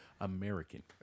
American